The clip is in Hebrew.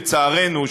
לצערנו,